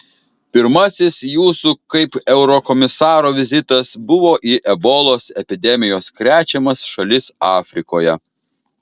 pirmasis jūsų kaip eurokomisaro vizitas buvo į ebolos epidemijos krečiamas šalis afrikoje